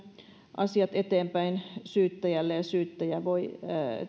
asiat eteenpäin syyttäjälle ja syyttäjä voi